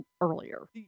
earlier